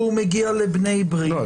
והוא מגיע לבני ברית --- לא,